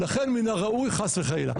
חס וחלילה,